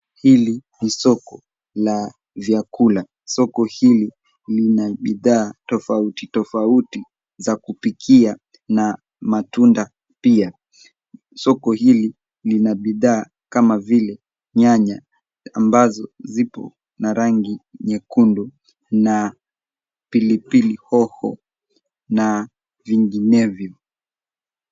Hili ni soko la vyakula. Soko hili lina bidhaa tofauti tofauti za kupikia na matunda pia. Soko hili lina bidhaa kama vile nyanya ambazo zipo na rangi nyekundu na pilipili hoho na vinginevyo.